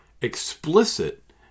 explicit